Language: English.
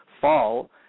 fall